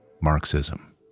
Marxism